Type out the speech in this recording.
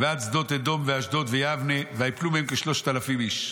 "ועד שדות אדום ואשדוד ויבנה ויפלו מהם כשלושת אלפים איש.